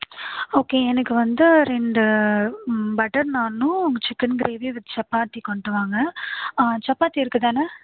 okay எனக்கு வந்து ரெண்டு butter naan chicken gravy with chapati கொண்டு வாங்க சப்பாத்தி இருக்கு தானே